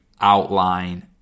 outline